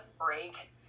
break